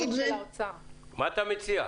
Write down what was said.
מה אתה מציע?